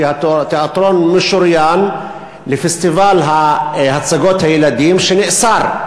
כי התיאטרון משוריין לפסטיבל הצגות הילדים שנאסר.